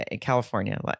California